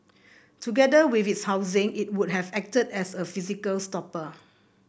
together with its housing it would have acted as a physical stopper